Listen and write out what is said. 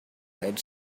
had